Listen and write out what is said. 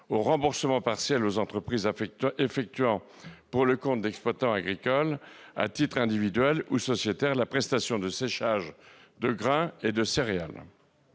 au remboursement partiel aux entreprises effectuant pour le compte d'exploitants agricoles à titre individuel ou sociétaire la prestation de séchage de grains et de céréales.